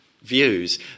Views